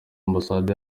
ambasade